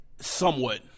Somewhat